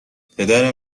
پدر